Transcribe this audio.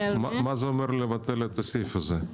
מה זה אומר לבטל את הסעיף הזה?